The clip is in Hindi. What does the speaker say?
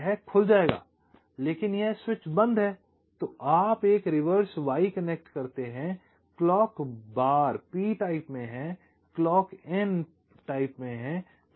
यह खुल जाएगा लेकिन यह स्विच बंद है यहां आप एक रिवर्स Y कनेक्ट करते हैं क्लॉक बार p प्रकार में है क्लॉक n प्रकार में है